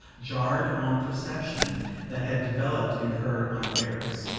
jarred on perceptions that had developed in her unawares.